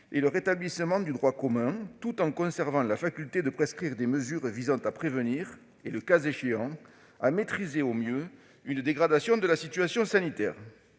et le rétablissement du droit commun, tout en conservant la faculté de prescrire des mesures visant à prévenir et, le cas échéant, à maîtriser au mieux une dégradation de la situation sanitaire.